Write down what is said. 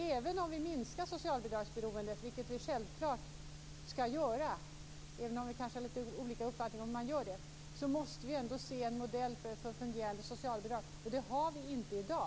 Även om vi minskar socialbidragsberoendet, vilket vi självfallet skall göra, måste vi ändå ha en modell för ett fungerande socialbidrag, men det har vi inte i dag.